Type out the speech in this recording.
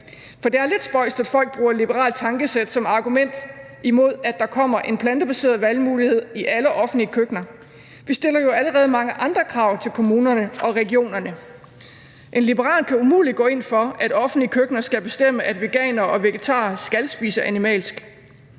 For det er lidt spøjst, at folk bruger et liberalt tankesæt som argument imod, at der kommer en plantebaseret valgmulighed i alle offentlige køkkener. Vi stiller jo allerede mange andre krav til kommunerne og regionerne. En liberal kan umuligt gå ind for, at offentlige køkkener skal bestemme, at veganere og vegetarer skal spise animalsk.